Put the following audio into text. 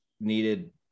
needed